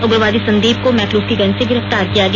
उग्रवादी संदीप को मैकलुस्कीगंज से गिरफ्तार किया गया